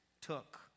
took